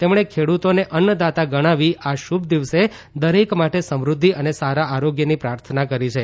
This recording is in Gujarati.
તેમણે ખેડૂતોને અન્નદાતા ગણાવી આ શુભ દિવસે દરેક માટે સમૃદ્ધિ અને સારા આરોગ્યની પ્રાર્થના કરી છે